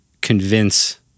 convince